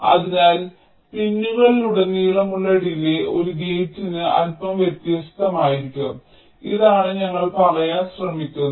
അതിനാൽ പിന്നുകളിലുടനീളമുള്ള ഡിലേയ് ഒരു ഗേറ്റിന് അല്പം വ്യത്യസ്തമായിരിക്കും ഇതാണ് ഞങ്ങൾ പറയാൻ ശ്രമിക്കുന്നത്